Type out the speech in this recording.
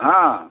ହଁ